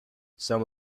some